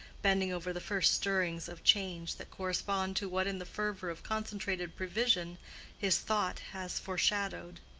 bending over the first stirrings of change that correspond to what in the fervor of concentrated prevision his thought has foreshadowed.